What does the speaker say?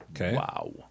Wow